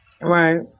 Right